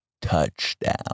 touchdown